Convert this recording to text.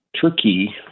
Turkey